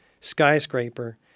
skyscraper